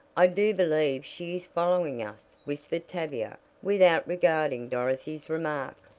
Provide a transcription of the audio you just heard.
i do believe she is following us, whispered tavia without regarding dorothy's remark.